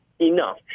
enough